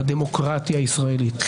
לדמוקרטיה הישראלית,